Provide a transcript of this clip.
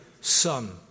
son